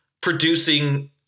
producing